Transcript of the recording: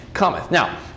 Now